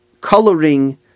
coloring